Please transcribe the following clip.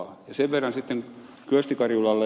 sen verran sitten ed